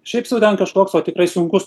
šiaip sau ten kažkoks o tikrai sunkaus